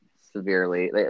severely